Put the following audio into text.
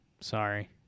Sorry